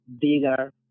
bigger